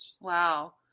Wow